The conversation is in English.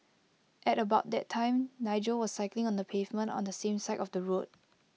at about that time Nigel was cycling on the pavement on the same side of the road